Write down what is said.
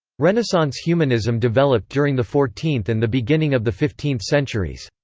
renaissance humanism developed during the fourteenth and the beginning of the fifteenth centuries.